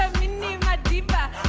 mi ni madiba